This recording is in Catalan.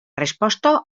resposta